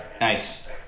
Nice